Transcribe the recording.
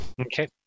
Okay